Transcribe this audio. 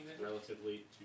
relatively